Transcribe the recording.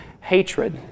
hatred